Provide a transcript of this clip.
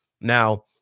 now